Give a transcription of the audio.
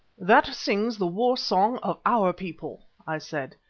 that sings the war-song of our people, i said.